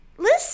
Listen